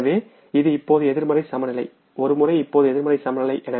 எனவே இது இப்போது எதிர்மறை சமநிலை இப்போது எதிர்மறை சமநிலை